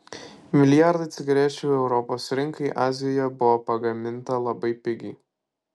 milijardai cigarečių europos rinkai azijoje buvo pagaminta labai pigiai